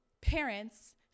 parents